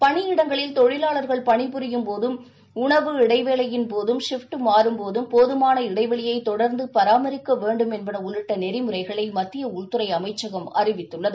பணியிடங்களில் தொழிலாளர்கள் பணிபுரியும் போதும் உணவு இடைவேளையின் போதும் ஷிப்டுமாறும்போதும் போதுமான இடைவெளியைதொடர்ந்துபராமரிக்கவேண்டும் உள்ளிட்டநெறிமுறைகளைமத்தியஉள்துறைஅமைச்சகம் அறிவித்துள்ளது